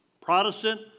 Protestant